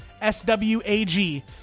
S-W-A-G